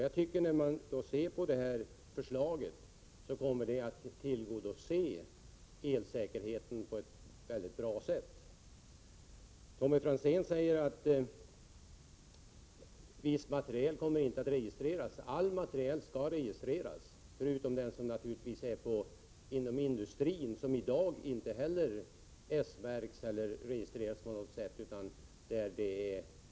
Jag tycker att detta förslag kommer att tillgodose elsäkerheten på ett mycket bra sätt. Tommy Franzén säger att viss materiel inte kommer att registreras. All materiel skall registreras, förutom den som finns inom industrin. Denna materiel S-märks inte och registreras inte på något sätt.